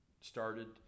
started